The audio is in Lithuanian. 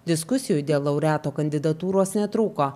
diskusijų dėl laureatų kandidatūros netrūko